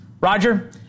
Roger